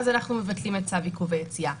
אז אנחנו מבטלים את צו עיכוב היציאה.